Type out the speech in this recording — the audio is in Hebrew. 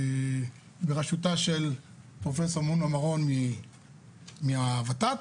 בראשותה של פרופסור מונא מארון מהות"ת,